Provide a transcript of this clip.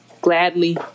gladly